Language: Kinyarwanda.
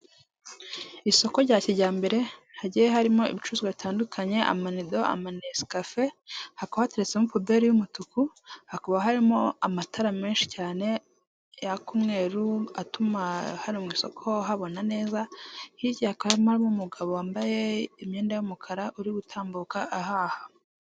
Isoko rya kijyambere hagiye harimo ibicuruzwa bitandukanye amedo amanesikafe hakwateretse mo puberi y'umutuku hakaba harimo amatara menshi cyane yaka umweru atuma hano mu isoko habona neza hirya akamomo umugabo wambaye imyenda y'umukara uri gutambuka ahaha.